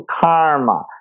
karma